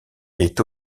est